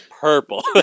purple